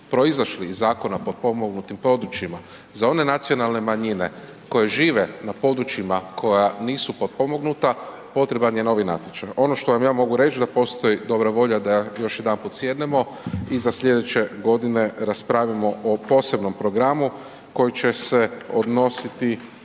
proizašli iz Zakona o potpomognutim područjima za one nacionalne manjine koje žive na područjima koja nisu potpomognuta potreban je novi natječaj. Ono što vam ja mogu reći da postoji dobra volja da još jedanput sjednemo i za sljedeće godine raspravimo o posebnom programu koji će se odnositi